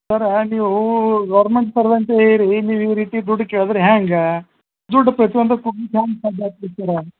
ಸರ ನೀವು ಗೌರ್ಮೆಂಟ್ ಸರ್ವೆಂಟೇ ರೀ ನೀವು ಈ ರೀತಿ ದುಡ್ಡು ಕೇಳಿದರೆ ಹ್ಯಾಂಗೆ ದುಡ್ಡು ಪ್ರತಿಯೊಂದಕ್ಕೂ